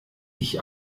ich